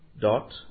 dot